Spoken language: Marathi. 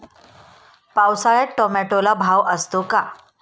पावसाळ्यात टोमॅटोला भाव असतो का?